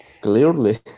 Clearly